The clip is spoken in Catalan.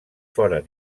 foren